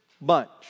bunch